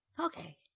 Okay